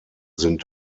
sind